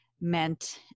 meant